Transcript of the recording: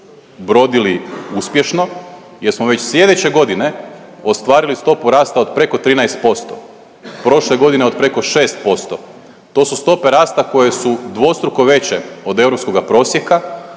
brodili uspješno jer smo već slijedeće godine ostvarili stopu rasta od preko 13%. Prošle godine od preko 6%. To su stope rasta koje su dvostruko veće od europskoga prosjeka.